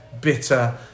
bitter